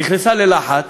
נכנסה ללחץ.